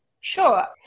Sure